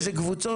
איזה קבוצות?